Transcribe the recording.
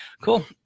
cool